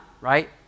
right